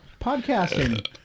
Podcasting